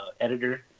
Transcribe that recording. editor